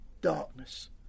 darkness